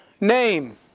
name